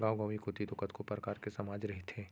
गाँव गंवई कोती तो कतको परकार के समाज रहिथे